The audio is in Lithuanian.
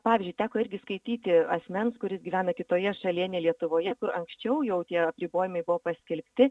pavyzdžiui teko irgi skaityti asmens kuris gyvena kitoje šalyje ne lietuvoje kur anksčiau jau tie apribojimai buvo paskelbti